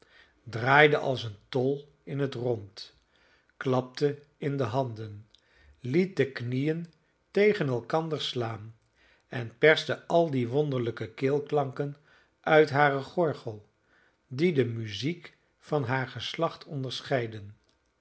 draaide als een tol in het rond klapte in de handen liet de knieën tegen elkander slaan en perste al die wonderlijke keelklanken uit haren gorgel die de muziek van haar geslacht onderscheiden